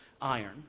iron